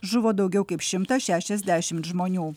žuvo daugiau kaip šimtas šešiasdešimt žmonių